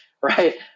Right